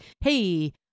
hey